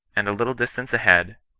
and a little distance ahead,